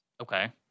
Okay